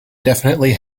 definitely